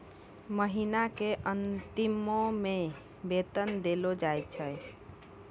महिना के अंतिमो मे वेतन देलो जाय छै